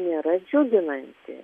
nėra džiuginanti